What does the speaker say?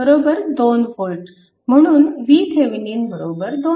म्हणून VThevenin 2V